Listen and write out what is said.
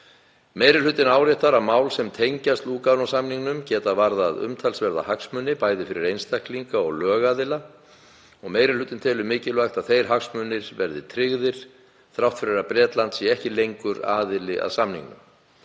Meiri hlutinn áréttar að mál sem tengjast Lúganósamningnum geta varðað umtalsverða hagsmuni, bæði fyrir einstaklinga og lögaðila, og meiri hlutinn telur mikilvægt að þeir hagsmunir verði tryggðir þrátt fyrir að Bretland sé ekki lengur aðili að samningnum.